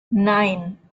nein